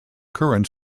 current